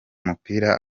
mupira